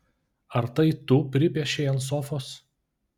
ar tai tu pripiešei ant sofos